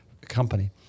company